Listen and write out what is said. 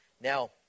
Now